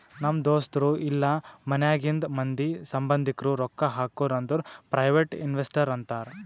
ನಮ್ ದೋಸ್ತರು ಇಲ್ಲಾ ಮನ್ಯಾಗಿಂದ್ ಮಂದಿ, ಸಂಭಂದಿಕ್ರು ರೊಕ್ಕಾ ಹಾಕುರ್ ಅಂದುರ್ ಪ್ರೈವೇಟ್ ಇನ್ವೆಸ್ಟರ್ ಅಂತಾರ್